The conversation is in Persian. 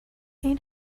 این